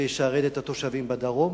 שישרת את התושבים בדרום.